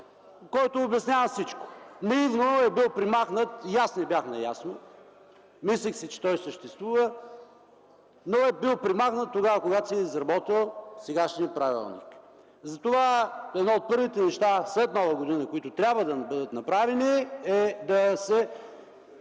който обяснява всичко. Наивно е бил премахнат и аз не бях наясно. Мислех, че той съществува, но е бил премахнат тогава, когато се е изработвал сегашният правилник. Първите неща след Нова година, които трябва да бъдат направени, е да се